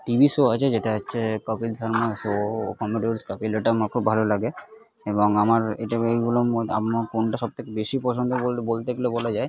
TV show আছে যেটা হচ্ছে Kapil Sharma show comedy with Kapil এটা আমার খুব ভালো লাগে এবং আমার এটা এইগুলোর মদ আমার কোনটা সব থেকে বেশি পছন্দের বলতে গেলে বলা যায়